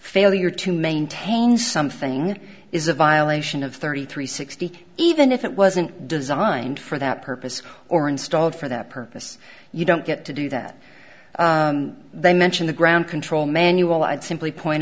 failure to maintain something is a violation of thirty three sixty even if it wasn't designed for that purpose or installed for that purpose you don't get to do that they mention the ground control manual i'd simply point